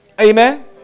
Amen